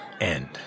end